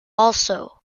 also